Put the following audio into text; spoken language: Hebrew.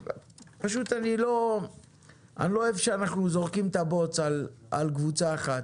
אני לא אוהב שאנחנו זורקים את הבוץ על קבוצה אחת.